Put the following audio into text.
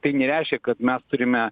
tai nereiškia kad mes turime